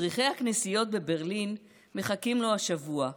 צריחי הכנסיות בברלין מחכים לו השבוע,